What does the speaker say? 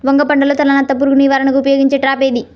వంగ పంటలో తలనత్త పురుగు నివారణకు ఉపయోగించే ట్రాప్ ఏది?